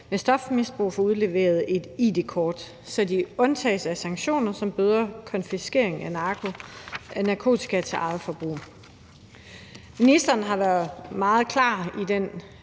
med stofmisbrug får udleveret et id-kort, så de undtages fra sanktioner som bøder og konfiskering af narkotika til eget forbrug. Ministeren var meget klar i den